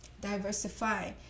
diversify